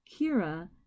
Kira